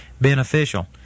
beneficial